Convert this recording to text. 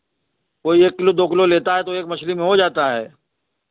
कोई एक किलो दो किलो लेता है तो एक मछली में हो जाता है